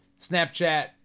Snapchat